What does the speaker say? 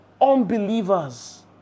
unbelievers